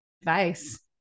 advice